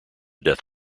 death